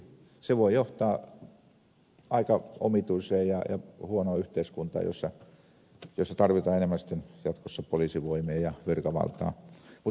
se voi johtaa aika omituiseen ja huonoon yhteiskuntaan jossa tarvitaan enemmän sitten jatkossa poliisivoimia ja virkavaltaa mutta ilmeisesti porvaripuoli haluaakin sitä